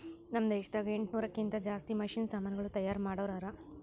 ನಾಮ್ ದೇಶದಾಗ ಎಂಟನೂರಕ್ಕಿಂತಾ ಜಾಸ್ತಿ ಮಷೀನ್ ಸಮಾನುಗಳು ತೈಯಾರ್ ಮಾಡೋರ್ ಹರಾ